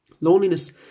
Loneliness